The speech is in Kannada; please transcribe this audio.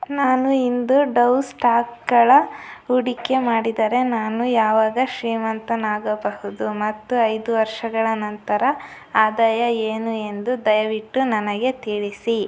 ನಾನು ಇಂದು ಡೌ ಸ್ಟಾಕ್ಗಳ ಹೂಡಿಕೆ ಮಾಡಿದರೆ ನಾನು ಯಾವಾಗ ಶ್ರೀಮಂತನಾಗಬಹುದು ಮತ್ತು ಐದು ವರ್ಷಗಳ ನಂತರ ಆದಾಯ ಏನು ಎಂದು ದಯವಿಟ್ಟು ನನಗೆ ತಿಳಿಸಿ